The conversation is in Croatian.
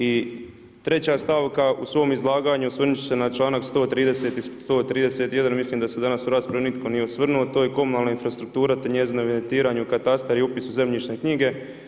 I treća stavka, u svom izlaganju ostvrnuti ću se na članak 131., mislim da se danas u raspravi nitko nije osvrnuo to je komunalna infrastruktura te njezino evidentiranje u katastar i upis u zemljišne knjige.